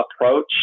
approach